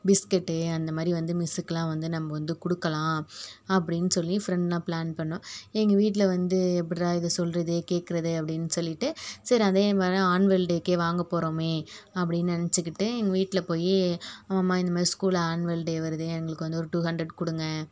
biscuit அந்த மாதிரி வந்து மிஸ்ஸுக்கெலாம் வந்து நம்ம வந்து கொடுக்கலாம் அப்படின்னு சொல்லி ஃப்ரெண்டெலாம் பிளான் பண்ணிணோம் எங்கள் வீட்டில் வந்து எப்பட்றா இதை சொல்வது கேட்கறது அப்படின்னு சொல்லிவிட்டு சரி அதே மாதிரி ஆனுவல் டேக்கே வாங்கப்போகிறோமே அப்படின்னு நினச்சிக்கிட்டு எங்கள் வீட்டில் போய் அம்மாம்மா இந்த மாரி ஸ்கூலில் ஆனுவல் டே வருது எங்களுக்கு வந்து ஒரு டூ ஹுன்ட்ரெட் கொடுங்க